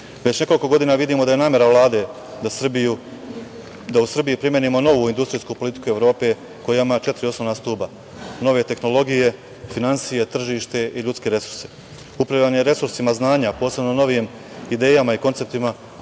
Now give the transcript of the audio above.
nekoliko godina vidimo da je namera Vlade da u Srbiji primenimo novu industrijsku politiku Evrope koja ima četiri osnovna stuba, nove tehnologije, finansije, tržište i ljudske resurse. Upravljanje resursima znanja, posebno novijim idejama, konceptima